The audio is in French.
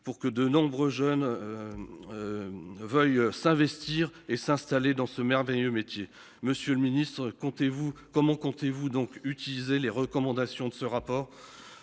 pour que de nombreux jeunes. Veuillent s'investir et s'installer dans ce merveilleux métier. Monsieur le Ministre, comptez-vous comment comptez-vous donc utiliser les recommandations de ce rapport.